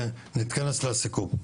ונתכנס לסיכום.